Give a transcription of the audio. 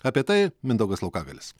apie tai mindaugas laukagalis